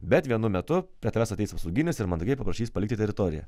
bet vienu metu prie tavęs ateis apsauginis ir mandagiai paprašys palikti teritoriją